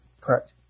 Correct